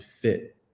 fit